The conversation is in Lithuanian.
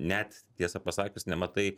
net tiesą pasakius nematai